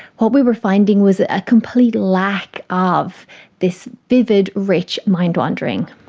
what we were finding was a complete lack of this vivid, rich mind wandering.